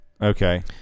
Okay